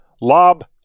Lob